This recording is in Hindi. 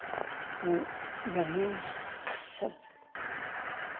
तो वही ना है सब चीज़